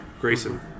Grayson